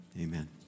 amen